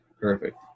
perfect